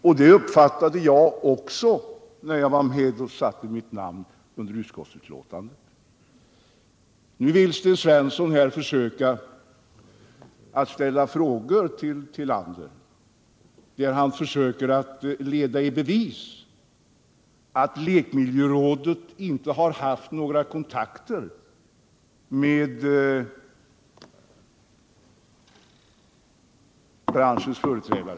Så uppfattade jag det också när jag var med och satte mitt namn under betänkandet. Sten Svensson försöker ställa frågor till Ulla Tillander och leda i bevis att lekmiljörådet inte har haft några kontakter med branschens företrädare.